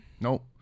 Nope